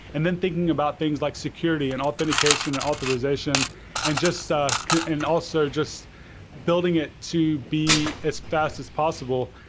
and then thinking about things like security and authentication authorization and just ah and also just building it to be as fast as possible,